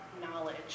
knowledge